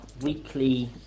weekly